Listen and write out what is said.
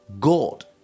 God